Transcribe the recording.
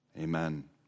Amen